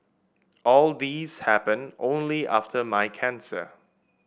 all these happened only after my cancer